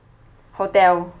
hotel